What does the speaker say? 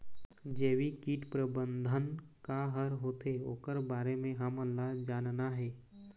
जैविक कीट प्रबंधन का हर होथे ओकर बारे मे हमन ला जानना हे?